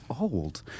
old